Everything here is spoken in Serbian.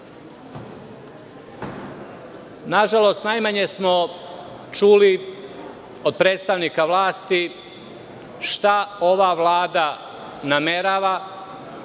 sali. Nažalost, najmanje smo čuli od predstavnika vlasti šta ova vlada namerava,